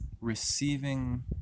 receiving